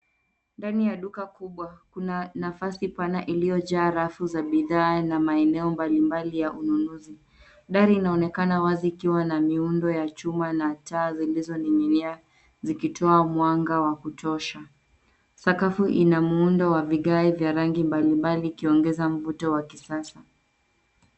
Ndani ya duka kubwa, kuna nafasi pana iliyojaa rafu za bidhaa na maeneo mbalimbali ya ununuzi. Dari inaonekana wazi ikiwa na miundo ya chuma na taa zilizoning'inia zikitoa mwanga wa kutosha. Sakafu ina muundo wa vigae vya rangi mbalimbali ikiongeza mvuto wa kisasa.